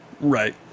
Right